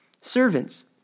Servants